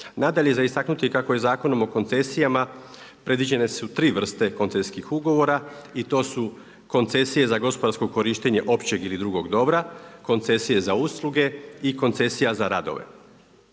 Nadalje je za istaknuti kako je Zakonom o koncesijama predviđene su tri vrste koncesijskih ugovora i to su koncesije za gospodarsko korištenje općeg ili drugog dobra, koncesije za usluge i koncesija za radove.